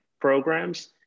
programs